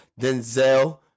Denzel